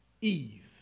Eve